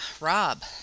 Rob